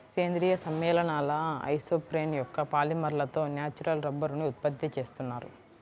సేంద్రీయ సమ్మేళనాల ఐసోప్రేన్ యొక్క పాలిమర్లతో న్యాచురల్ రబ్బరుని ఉత్పత్తి చేస్తున్నారు